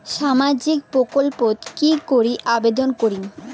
সামাজিক প্রকল্পত কি করি আবেদন করিম?